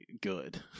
good